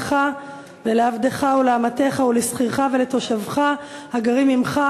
לך ולעבדך ולאמתך ולשכירך ולתושבך הגרים עמך.